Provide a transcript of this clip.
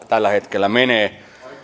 tällä hetkellä menee